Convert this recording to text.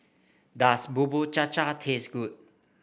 does Bubur Cha Cha taste good